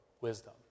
wisdom